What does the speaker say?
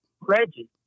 Reggie